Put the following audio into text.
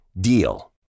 DEAL